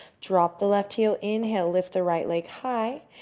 drop the left heel. inhale. lift the right leg high.